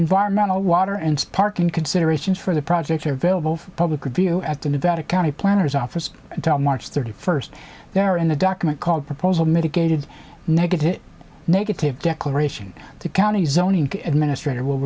environmental water and parking considerations for the project are available for public review at the nevada county planners office until march thirty first there in the document called proposal mitigated negative negative declaration to county zoning administrat